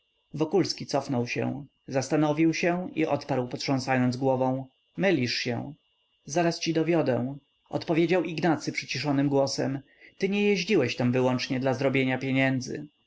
wokulski cofnął się zastanowił się i odparł potrząsając głową mylisz się zaraz ci dowiodę odpowiedział ignacy przyciszonym głosem ty nie jeździłeś tam wyłącznie dla zrobienia pieniędzy